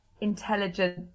intelligent